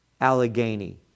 Allegheny